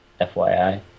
FYI